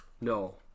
No